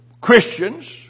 Christians